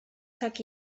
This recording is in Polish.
tak